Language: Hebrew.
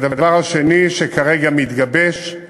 והדבר השני, שכרגע מתגבש,